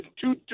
Two